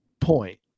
point